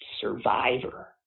Survivor